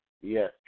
Yes